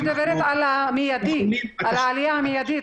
אני מדברת על העלייה המידית.